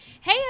Hey